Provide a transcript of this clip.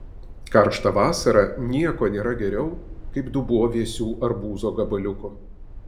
karštą vasarą nieko nėra geriau kaip dubuo vėsių arbūzo gabaliukų